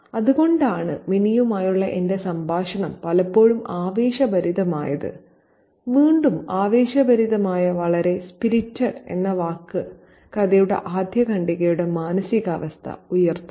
അതുകൊണ്ടാണ് മിനിയുമായുള്ള എന്റെ സംഭാഷണം പലപ്പോഴും ആവേശഭരിതമായത് വീണ്ടും ആവേശഭരിതമായ വളരെ സ്പിരിറ്റഡ് എന്ന വാക്ക് കഥയുടെ ആദ്യ ഖണ്ഡികയുടെ മാനസികാവസ്ഥ ഉയർത്തുന്നു